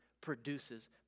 produces